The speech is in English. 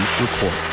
Report